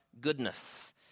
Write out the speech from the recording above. goodness